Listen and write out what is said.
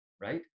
right